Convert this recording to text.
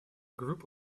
group